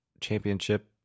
Championship